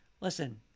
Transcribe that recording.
listen